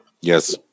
Yes